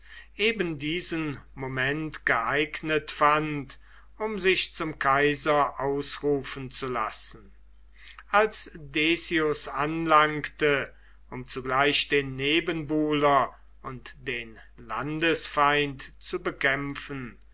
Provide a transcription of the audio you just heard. eben diesen moment geeignet fand um sich zum kaiser ausrufen zu lassen als decius anlangte um zugleich den nebenbuhler und den landesfeind zu bekämpfen